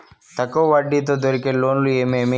తక్కువ వడ్డీ తో దొరికే లోన్లు ఏమేమి